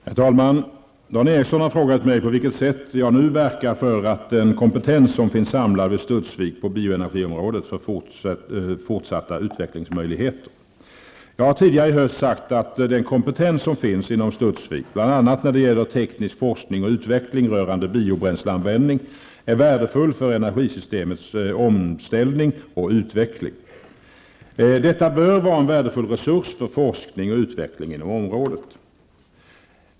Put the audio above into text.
Herr talman! Dan Ericsson i Kolmården har frågat mig på vilket sätt jag nu verkar för att den kompetens som finns samlad vid Studsvik på bioenergiområdet får fortsatta utvecklingsmöjligheter. Jag har tidigare i höst sagt att den kompetens som finns inom Studsvik bl.a. när det gäller teknisk forskning och utveckling rörande biobränsleanvändning är värdefull för energisystemets omställning och utveckling. Detta bör vara en värdefull resurs för forskning och utveckling inom området.